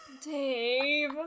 Dave